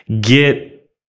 get